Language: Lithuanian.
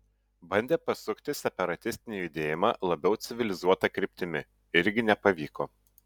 bandė pasukti separatistinį judėjimą labiau civilizuota kryptimi irgi nepavyko